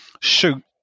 shoot